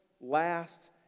last